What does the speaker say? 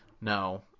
no